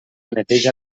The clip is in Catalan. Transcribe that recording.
neteja